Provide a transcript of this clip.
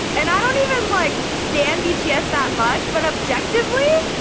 and i don't even like, stan bts that much, but objectively,